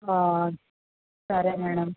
సరే మ్యాడం